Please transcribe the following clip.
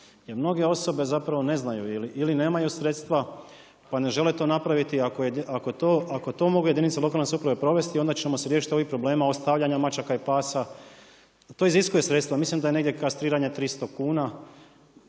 mnoge osobe zapravo ne znaju ili nemaju sredstva pa ne žele to napraviti, ako to mogu jedinice lokalne samouprave sprovesti onda ćemo se riješiti ovih problema ostavljanja mačaka i pasa, to iziskuje sredstva. Mislim da je negdje kastriranje 300 kuna,